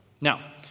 Now